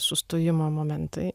sustojimo momentai